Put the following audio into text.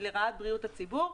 ולרעת בריאות הציבור,